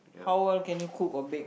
how well can you cook or bake